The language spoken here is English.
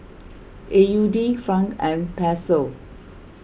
A U D Franc and Peso